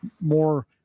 more